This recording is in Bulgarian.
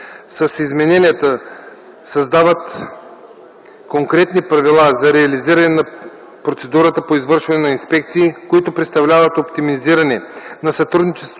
С измененията се създават конкретни правила за реализиране на процедурата по извършване на инспекции, които представляват оптимизиране на сътрудничеството